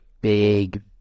big